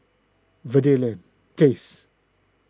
Verde Place